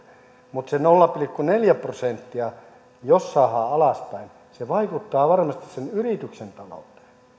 mutta se nolla pilkku neljä prosenttia jos saadaan alaspäin se vaikuttaa varmasti sen yrityksen talouteen